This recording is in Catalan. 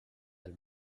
del